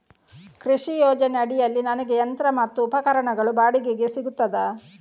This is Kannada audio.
ಕೃಷಿ ಯೋಜನೆ ಅಡಿಯಲ್ಲಿ ನನಗೆ ಯಂತ್ರ ಮತ್ತು ಉಪಕರಣಗಳು ಬಾಡಿಗೆಗೆ ಸಿಗುತ್ತದಾ?